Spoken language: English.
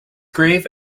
grave